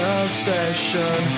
obsession